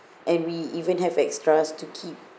and we even have extras to keep